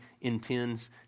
intends